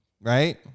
right